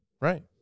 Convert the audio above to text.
Right